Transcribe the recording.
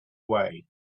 way